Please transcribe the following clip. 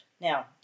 Now